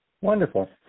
Wonderful